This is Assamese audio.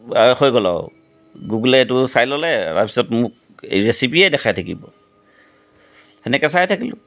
হৈ গ'ল আৰু গুগলে এইটো চাই ল'লে তাৰপিছত মোক ৰেচিপিয়ে দেখাই থাকিব সেনেকৈ চাই থাকিলোঁ